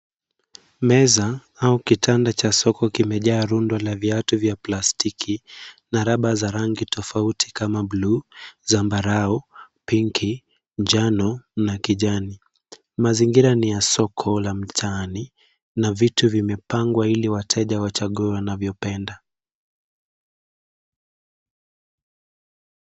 Meza au kitanda cha soko kimejaa rundo la viatu vya plastiki na raba za rangi tofauti kama buluu, zambarau, pinki, njano na kijani. Mazingira ni ya soko la mtaani na vitu vimepangwa ili wateja wachague wanavyopenda.